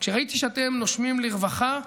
כשראיתי שאתם נושמים לרווחה,